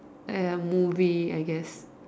ya movie I guess